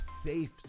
safe